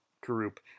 group